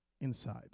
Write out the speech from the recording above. inside